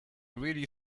really